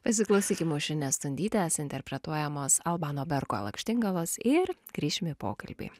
pasiklausykim aušrinės stundytės interpretuojamos albano bergo lakštingalos ir grįšim į pokalbį